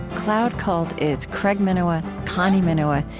cloud cult is craig minowa, connie minowa,